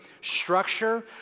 structure